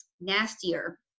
nastier